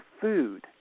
food